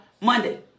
Monday